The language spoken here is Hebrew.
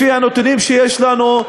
לפי הנתונים שיש לנו,